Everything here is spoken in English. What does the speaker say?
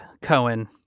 Cohen